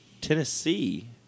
Tennessee